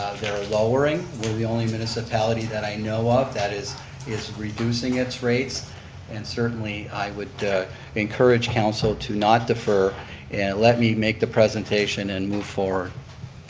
they're lowering, we're the only municipality that i know of that is is reducing its rates and certainly i would encourage council to not defer, and let me make the presentation and move forward.